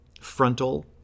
frontal